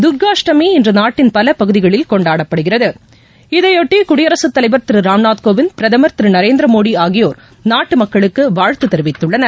தர்காஷ்டமி இன்று நாட்டின் பல பகுதிகளில் கொண்டாடப்படுகிறது இதையொட்டி குடியரசு தலைவர் திரு ராம்நாத்கோவிந்த் பிரதமர் திரு நரேந்திரமோடி ஆகியோர் நாட்டு மக்களுக்கு வாழ்த்து தெரிவித்துள்ளனர்